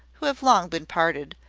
who have long been parted,